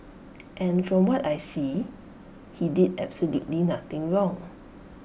and from what I see he did absolutely nothing wrong